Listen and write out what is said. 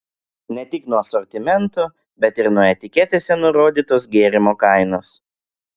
ne tik nuo asortimento bet ir nuo etiketėse nurodytos gėrimo kainos